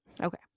Okay